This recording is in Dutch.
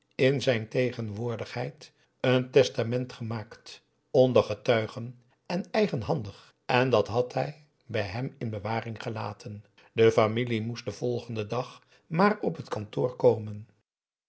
in zijn tegenwoordigheid een testament gemaakt onder getuigen en eigenhandig en dat had hij bij hem in bewaring gelaten de familie moest den volgenden dag maar op t kantoor komen